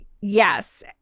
yes